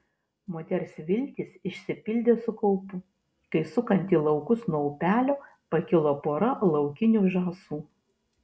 moters viltys išsipildė su kaupu kai sukant į laukus nuo upelio pakilo pora laukinių žąsų